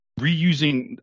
reusing